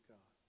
God